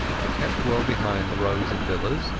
i kept well behind the rows of villas,